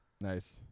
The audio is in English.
Nice